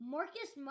Marcus